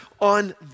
on